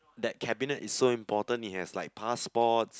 that cabinet is so important it has like passports